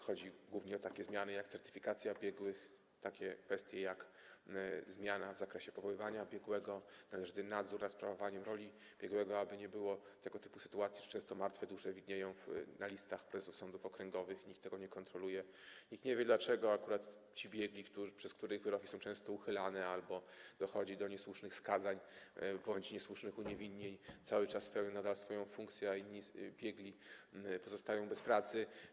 Chodzi głównie o takie zmiany jak certyfikacja biegłych, o takie kwestie jak zmiana w zakresie powoływania biegłego, należny nadzór nad sprawowaniem roli biegłego, aby nie było tego typu sytuacji, że często martwe dusze widnieją na listach prezesów sądów okręgowych, nikt tego nie kontroluje, nikt nie wie, dlaczego akurat ci biegli, przez których wyroki są często uchylane albo dochodzi do niesłusznych skazań bądź niesłusznych uniewinnień, cały czas pełnią nadal swoją funkcję, a inni biegli pozostają bez pracy.